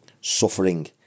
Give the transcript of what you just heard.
suffering